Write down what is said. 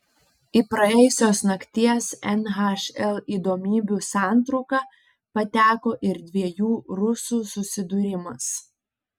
į praėjusios nakties nhl įdomybių santrauką pateko ir dviejų rusų susidūrimas